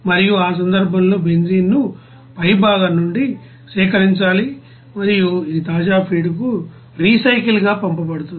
మరియు ఆ సందర్భంలో బెంజీన్ ను పైభాగంలో నుండి సేకరించాలి మరియు ఇది తాజా ఫీడ్కు రీసైకిల్గా పంపబడుతుంది